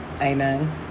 Amen